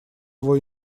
его